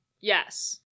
Yes